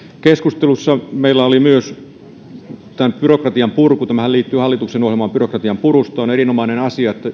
keskustelussa meillä oli myös byrokratian purku tämähän liittyy hallituksen ohjelmaan byrokratian purusta on erinomainen asia että